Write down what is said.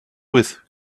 with